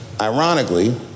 Ironically